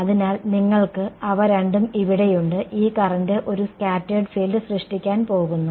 അതിനാൽ നിങ്ങൾക്ക് അവ രണ്ടും ഇവിടെയുണ്ട് ഈ കറന്റ് ഒരു സ്കാറ്റേർഡ് ഫീൽഡ് സൃഷ്ടിക്കാൻ പോകുന്നു